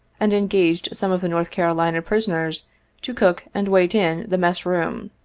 and engaged some of the north carolina prisoners to cook and wait in the mess-room,